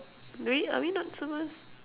do we are we not supposed